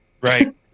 right